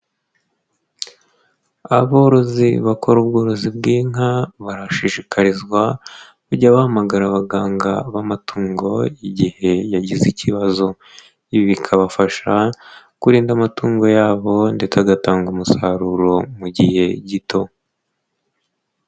Aborozi bakora ubworozi bw'inka barashishikarizwa kujya bahamagara abaganga bamatungo igihe yagize ikibazo, ibi bikabafasha kurinda amatungo yabo ndetse agatanga umusaruro mu gihe gito.